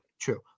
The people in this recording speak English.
True